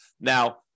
Now